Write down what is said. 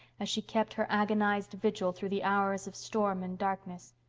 as she kept her agonized vigil through the hours of storm and darkness.